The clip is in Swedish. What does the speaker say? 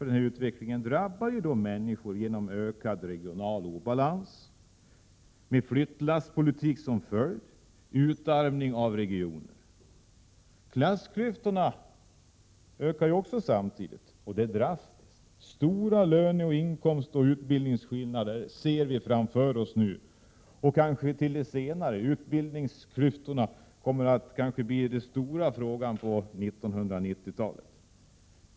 Denna utveckling drabbar människor i form av ökad regional obalans, med flyttlasspolitik och utarmning av regioner som följd. Samtidigt ökar också klassklyftorna drastiskt. Vi kan nu se framför oss stora inkomstoch utbildningsskillnader. Kanske kommer utbildningsklyftorna att bli den stora frågan på 1990-talet.